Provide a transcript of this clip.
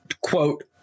quote